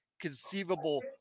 conceivable